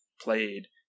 played